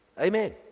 Amen